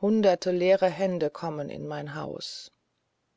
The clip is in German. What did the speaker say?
hundert leere hände kommen in mein haus